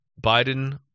Biden